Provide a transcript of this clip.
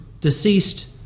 deceased